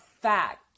fact